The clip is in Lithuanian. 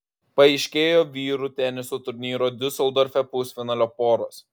paaiškėjo vyrų teniso turnyro diuseldorfe pusfinalio poros